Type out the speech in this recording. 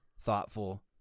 thoughtful